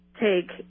take